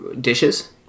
dishes